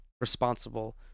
responsible